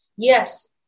Yes